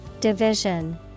division